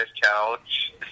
couch